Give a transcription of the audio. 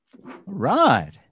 right